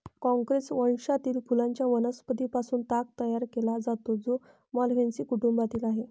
Corchorus वंशातील फुलांच्या वनस्पतीं पासून ताग तयार केला जातो, जो माल्व्हेसी कुटुंबातील आहे